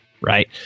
right